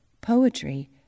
poetry